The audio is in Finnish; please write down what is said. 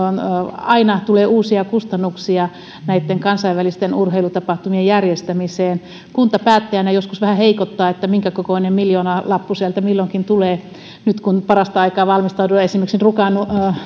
aina tulee uusia kustannuksia näitten kansainvälisten urheilutapahtumien järjestämisestä kuntapäättäjänä joskus vähän heikottaa että minkä kokoinen miljoonalappu sieltä milloinkin tulee nytkin parasta aikaa valmistaudutaan esimerkiksi rukan